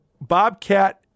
bobcat